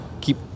keep